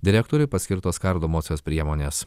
direktoriui paskirtos kardomosios priemonės